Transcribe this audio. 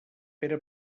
pere